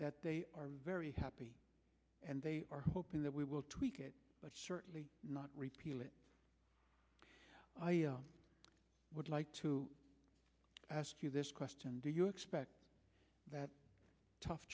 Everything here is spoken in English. that they are very happy and they are hoping that we will tweak it but certainly not repeal it i would like to ask you this question do you expect that tough